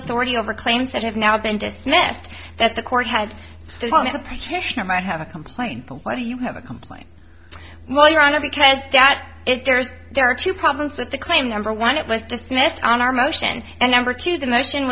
authority over claims that have now been dismissed that the court had the practitioner might have a complaint why do you have a complaint well your honor because dat it there's there are two problems with the claim number one it was dismissed on our motion and number two the motion